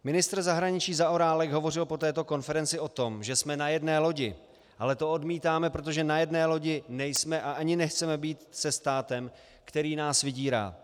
Ministr zahraničí Zaorálek hovořil po této konferenci o tom, že jsme na jedné lodi, ale to odmítáme, protože na jedné lodi nejsme a ani nechceme být se státem, který nás vydírá.